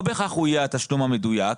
לא בהכרח הוא יהיה התשלום המדויק,